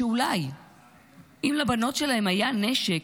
שאולי אם לבנות שלהם היה נשק,